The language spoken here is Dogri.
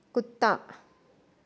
कुत्ता